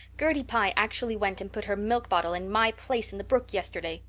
gertie pye actually went and put her milk bottle in my place in the brook yesterday.